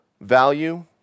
value